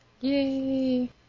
Yay